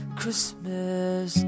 Christmas